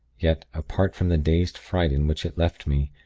yet, apart from the dazed fright in which it left me,